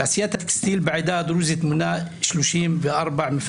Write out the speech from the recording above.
תעשיית הטקסטיל בעדה הדרוזית מונה 34 מפעלים